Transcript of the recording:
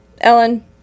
ellen